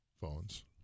Phones